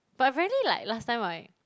but apparently like last time I